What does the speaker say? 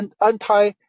anti